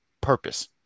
purpose